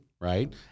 right